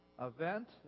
event